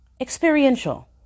experiential